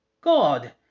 God